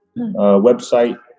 website